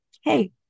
hey